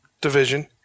division